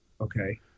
Okay